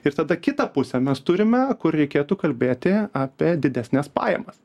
ir tada kitą pusę mes turime kur reikėtų kalbėti apie didesnes pajamas